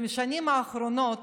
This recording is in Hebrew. בשנים האחרונות